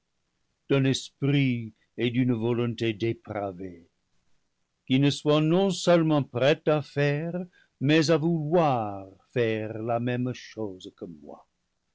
d'un esprit et d'une volonté dépravés qui ne soit non-seulement prêt à faire mais à vouloir faire la même chose que moi